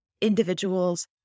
individuals